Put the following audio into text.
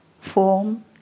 form